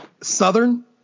Southern